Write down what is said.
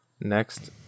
Next